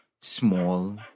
small